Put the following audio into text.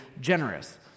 generous